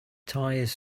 tires